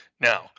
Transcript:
Now